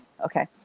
Okay